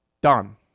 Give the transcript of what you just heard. done